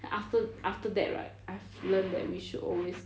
then after after that right I've learnt that we should always